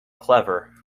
clever